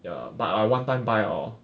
ya but I one time buy hor